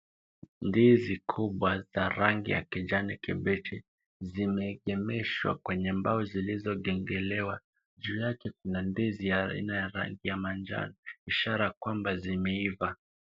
Ndizi kubwa za rangi ya kijani kibichi zimeegemeshwa kwenye mbao zilizogongelewa. Juu yake kuna ndizi ya aina ya rangi ya manjano, ishara kwamba zimeiva.